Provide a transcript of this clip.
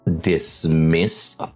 dismiss